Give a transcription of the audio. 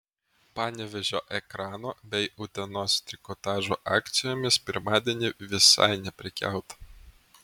panevėžio ekrano bei utenos trikotažo akcijomis pirmadienį visai neprekiauta